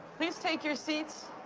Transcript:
please take your seats.